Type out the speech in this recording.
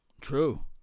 True